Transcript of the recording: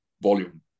volume